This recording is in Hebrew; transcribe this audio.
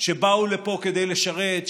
שבאו לפה כדי לשרת,